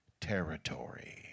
territory